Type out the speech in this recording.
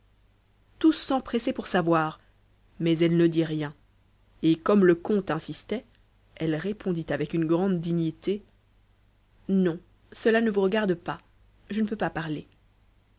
tous s'empressaient pour savoir mais elle ne dit rien et comme le comte insistait elle répondit avec une grande dignité non cela ne vous regarde pas je ne peux pas parler